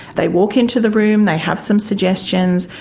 they walk in to the room, they have some suggestions,